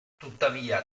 tuttavia